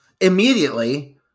immediately